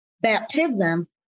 baptism